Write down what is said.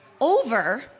over